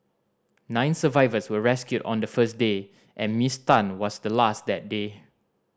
nine survivors were rescued on the first day and Miss Tan was the last that day